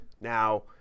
Now